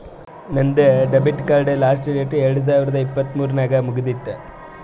ನಂದ್ ಡೆಬಿಟ್ ಕಾರ್ಡ್ದು last date ಎರಡು ಸಾವಿರದ ಇಪ್ಪತ್ ಮೂರ್ ನಾಗ್ ಮುಗಿತ್ತುದ್